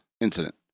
incident